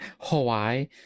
Hawaii